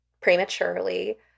prematurely